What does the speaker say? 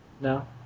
No